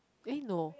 eh no